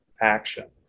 action